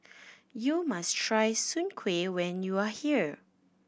you must try Soon Kuih when you are here